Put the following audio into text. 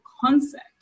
concept